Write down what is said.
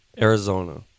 Arizona